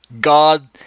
God